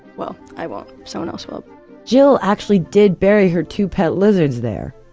well, i won't, someone else will jill actually did bury her two pet lizards there.